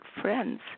friends